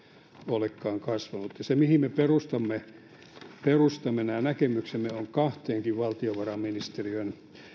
olekaan kasvanut se mihin me perustamme nämä näkemyksemme on kahdenkin valtiovarainministeriön